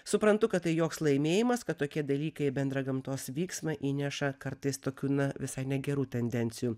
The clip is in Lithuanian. suprantu kad tai joks laimėjimas kad tokie dalykai į bendrą gamtos vyksmą įneša kartais tokių na visai negerų tendencijų